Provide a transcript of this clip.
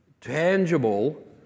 tangible